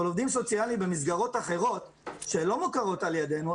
אבל עובדים סוציאליים במסגרות אחרות שלא מוכרות על ידינו,